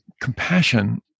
compassion